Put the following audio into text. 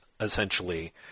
essentially